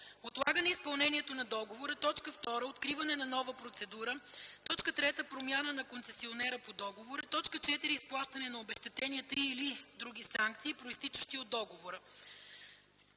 отлагане изпълнението на договора; 2. откриването на нова процедура; 3. промяна на концесионера по договора; 4. изплащане на обезщетения и/или други санкции, произтичащи от договора.”